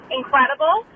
incredible